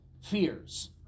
fears